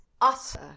utter